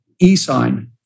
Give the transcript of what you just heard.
e-sign